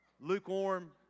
lukewarm